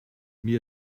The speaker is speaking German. mir